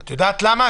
--- את יודעת למה?